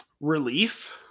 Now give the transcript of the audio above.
Relief